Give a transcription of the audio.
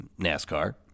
NASCAR